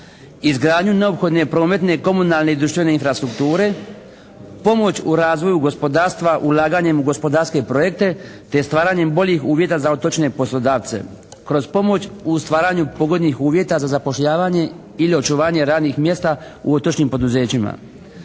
izgradnju neophodne prometne, komunalne i društvene infrastrukture pomoć u razvoju gospodarstva ulaganjem u gospodarske projekte te stvaranjem boljih uvjeta za otočne poslodavce, kroz pomoć u stvaranju povoljnih uvjeta za zapošljavanje ili očuvanje radnih mjesta u otočnim poduzećima.